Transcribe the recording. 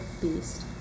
beast